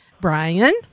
Brian